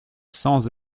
sans